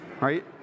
right